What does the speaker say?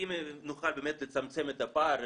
אם נוכל באמת לצמצם את הפער,